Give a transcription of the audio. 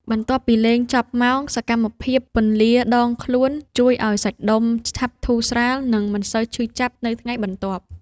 បន្ទាប់ពីលេងចប់ម៉ោង សកម្មភាពពន្លាដងខ្លួនជួយឱ្យសាច់ដុំឆាប់ធូរស្រាល និងមិនសូវឈឺចាប់នៅថ្ងៃបន្ទាប់។